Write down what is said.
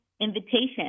invitation